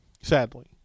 sadly